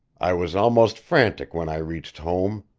i was almost frantic when i reached home.